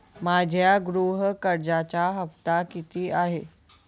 माझ्या गृह कर्जाचा हफ्ता किती आहे?